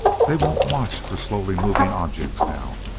they won't watch for slowly moving objects now.